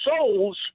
souls